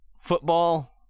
football